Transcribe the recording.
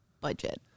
budget